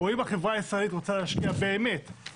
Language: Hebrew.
או אם החברה הישראלית רוצה להשקיע משאבים